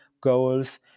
goals